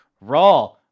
Raw